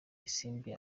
isimbi